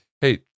Hey